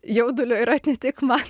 jaudulio yra ne tik man